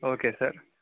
okay sir